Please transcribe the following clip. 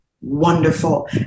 wonderful